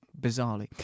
bizarrely